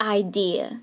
idea